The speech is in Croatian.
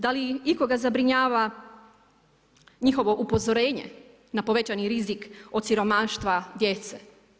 Da li ikoga zabrinjava njihovo upozorenje na povećani rizik od siromaštva djece?